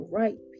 right